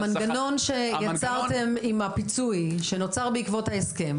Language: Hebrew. המנגנון שיצרתם עם הפיצוי שנוצר בעקבות ההסכם,